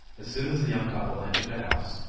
as soon as the young couple entered the house,